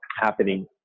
happening